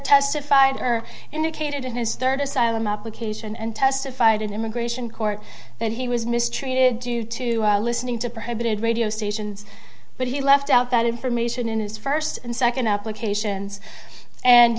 testified or indicated in his third asylum application and testified in immigration court that he was mistreated due to listening to prohibit radio stations but he left out that information in his first and second applications and